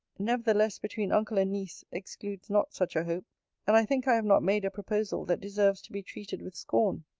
nevertheless, between uncle and niece, excludes not such a hope and i think i have not made a proposal that deserves to be treated with scorn.